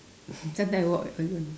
sometime I walk alone